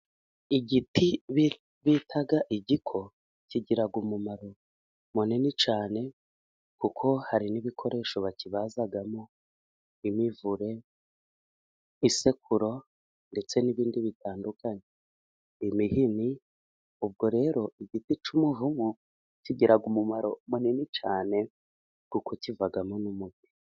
Igiti bita igiko kigira umumaro munini cyane kuko hari n'ibikoresho bakibazamo nk'imivure, isekuru ndetse n'ibindi bitandukanye, imihini. Ubwo rero igiti cy'umuvumu kigira umumaro munini cyane kuko kivamo n'umuti.